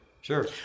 sure